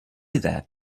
that